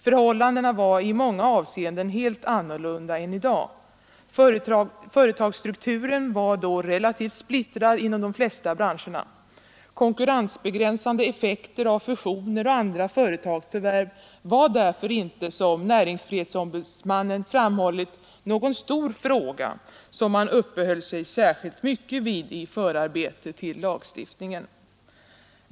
Förhållandena var i många avseenden helt andra än i dag. Företagsstrukturen var då relativt splittrad inom de flesta branscher. Konkurrensbegränsande effekter av fusioner och andra företags förvärv var därför inte, som näringsfrihetsombudsmannen framhållit, någon stor fråga som man uppehöll sig särskilt mycket vid i förarbetet till lagstiftningen.